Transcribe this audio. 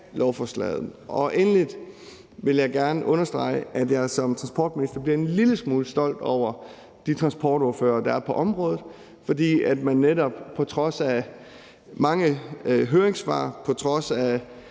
lovforslaget. Endelig vil jeg gerne understrege, at jeg som transportminister bliver en lille smule stolt over de ordførere, der er på transportområdet, fordi man netop på trods af mange høringssvar og på trods af